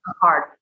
hard